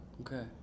Okay